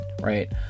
right